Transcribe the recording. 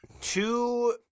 two